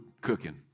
cooking